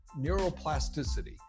neuroplasticity